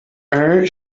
air